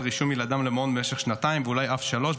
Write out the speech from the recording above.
רישום ילדם למעון למשך שנתיים ואולי אף שלוש,